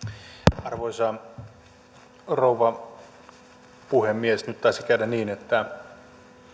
arvoisa rouva puhemies nyt taisi käydä niin että